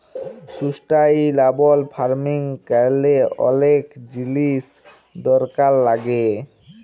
sustainable farming ক্যরলে অলেক জিলিস দরকার লাগ্যে